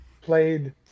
played